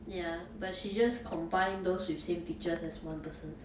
ya but she just combine those with same features as one person